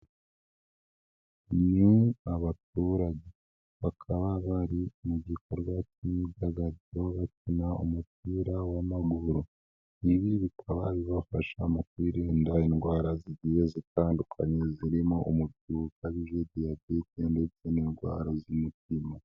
Ni abaturage bakaba bari mu gikorwa cy'imyidagaduro bakina umupira w'amaguru, ibi bikaba bibafasha mu kwirinda indwara zigiye zitandukanye zirimo umubyibuho ukabije, diyabete ndetse n'indwara z'umutima.